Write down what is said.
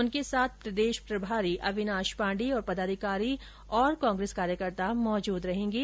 उनके साथ प्रदेश प्रभारी अविनाश पॉण्डे और पदाधिकारी और कांग्रेस कार्यकर्ता मौजूद रहेंगे